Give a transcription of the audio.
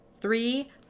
three